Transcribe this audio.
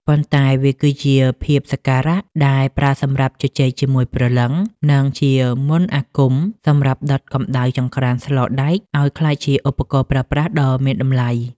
ប៉ុន្តែវាគឺជាភាសាសក្ការៈដែលប្រើសម្រាប់ជជែកជាមួយព្រលឹង និងជាមន្តអាគមសម្រាប់ដុតកម្ដៅចង្រ្កានស្លដែកឲ្យក្លាយជាឧបករណ៍ប្រើប្រាស់ដ៏មានតម្លៃ។